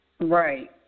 Right